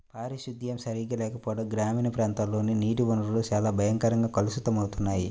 పారిశుద్ధ్యం సరిగా లేకపోవడం గ్రామీణ ప్రాంతాల్లోని నీటి వనరులు చాలా భయంకరంగా కలుషితమవుతున్నాయి